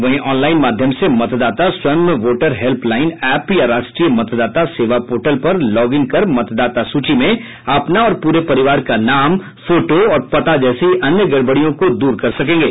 वहीं ऑनलाइन माध्यम से मतदाता स्वयं वोटर हेल्प लाइन एप या राष्ट्रीय मतदाता सेवा पोर्टल पर लौगिन कर मतदाता सूची में अपना और पूरे परिवार का नाम फोटो और पता जैसी अन्य गड़बड़ियों को दूर कर सकेंगे